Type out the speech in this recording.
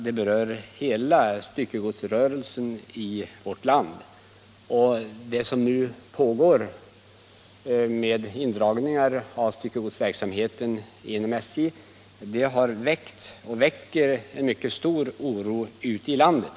Den berör ju hela styckegodsrörelsen i vårt land, och den indragning av SJ:s godstransportverksamhet som nu pågår har väckt och väcker stor oro ute i landet.